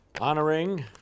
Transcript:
honoring